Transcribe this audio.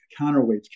counterweights